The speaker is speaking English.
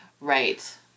Right